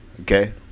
okay